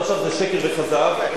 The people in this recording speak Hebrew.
שילמת כסף, on camera,